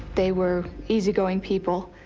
they were easygoing people.